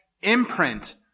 imprint